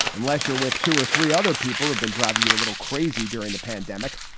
unless you're with two or three other people who've been driving you a little crazy during the pandemic.